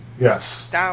yes